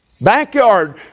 backyard